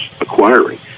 acquiring